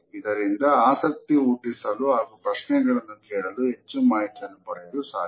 ಇದರಿಂದ ಆಸಕ್ತಿ ಹುಟ್ಟಿಸಲು ಹಾಗೂ ಪ್ರಶ್ನೆಗಳನ್ನು ಕೇಳಲು ಹೆಚ್ಚು ಮಾಹಿತಿಯನ್ನು ಪಡೆಯಲು ಸಾಧ್ಯ